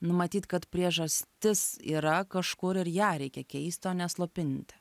nu matyt kad priežastis yra kažkur ir ją reikia keisti o ne slopinti